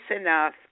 enough